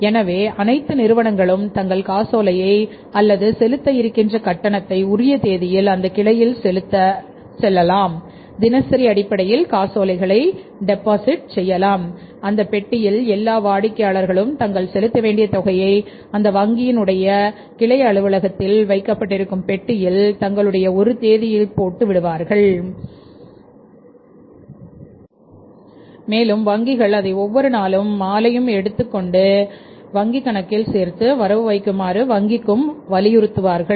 எனவே அனைத்து நிறுவனங்களும் தங்கள் காசோலையைஅல்லது செலுத்த இருக்கின்ற கட்டணத்தைஉரிய தேதியில் அந்த கிளையில்செலுத்த சொல்லலாம் தினசரி அடிப்படையில் காசோலைகளை டெபாசிட் செய்யலாம் அந்தப் பெட்டியில் எல்லா வாடிக்கையாளர்களும் தாங்கள் செலுத்த வேண்டிய தொகையை அந்த வங்கியின் உடைய கிளை அலுவலகத்தில் வைக்கப்பட்டிருக்கும் பெட்டியில் தங்களுடைய ஒரு தேதியில் போட்டு விடுமாறு வலியுறுத்த வேண்டும் மேலும் வங்கிகள் அதைஒவ்வொரு நாளும் மாலையும் எடுத்து தன்னுடைய வங்கி கணக்கில் சேர்த்து வரவு வைக்குமாறு வங்கிக்கு அறிவுறுத்த வேண்டும்